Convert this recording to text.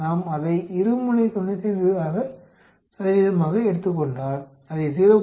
நாம் அதை இருமுனை 95ஆக எடுத்துக் கொண்டால் அதை 0